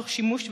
תוך שימוש,